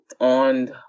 on